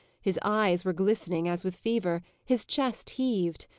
his eyes were glistening as with fever, his chest heaved.